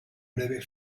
breve